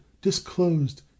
disclosed